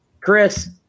Chris